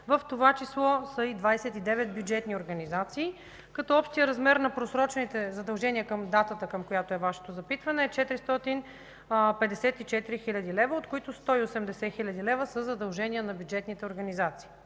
В това число са и 29 бюджетни организации. Общият размер на просрочените задължения към датата, към която е Вашето запитване, е 454 хил. лв., от които 180 хил. лв. са задължения на бюджетните организации.